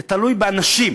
זה תלוי באנשים,